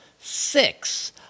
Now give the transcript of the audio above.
six